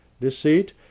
deceit